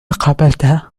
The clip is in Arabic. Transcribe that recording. قابلتها